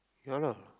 yeah lah